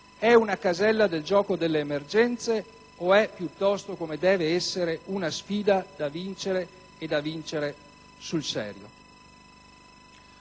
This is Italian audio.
È una casella del gioco delle emergenze o è piuttosto - come deve essere - una sfida da vincere e da vincere sul serio?